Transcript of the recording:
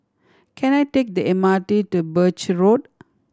can I take the M R T to Birch Road